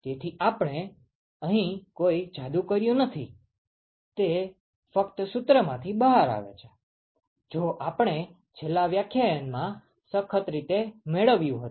તેથી આપણે અહીં કોઈ જાદુ કર્યું નથી તે ફક્ત સૂત્ર માંથી બહાર આવે છે જે આપણે છેલ્લા વ્યાખ્યાનમાં સખત રીતે મેળવ્યું હતું